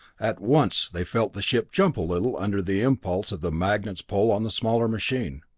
at once they felt the ship jump a little under the impulse of the magnet's pull on the smaller machine.